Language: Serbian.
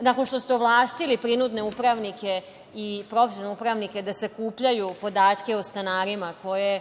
nakon što se ovlastili prinudne upravnike i profesionalne upravnike da sakupljaju podatke o stanarima koje